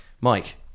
Mike